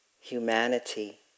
humanity